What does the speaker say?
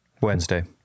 Wednesday